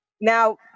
Now